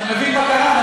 אתה מבין מה קרה?